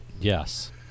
Yes